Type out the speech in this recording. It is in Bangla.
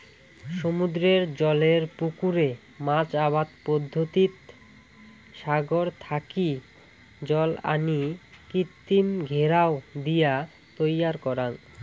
সমুদ্রের জলের পুকুরে মাছ আবাদ পদ্ধতিত সাগর থাকি জল আনি কৃত্রিম ঘেরাও দিয়া তৈয়ার করাং